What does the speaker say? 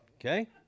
Okay